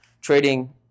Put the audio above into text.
trading